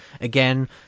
again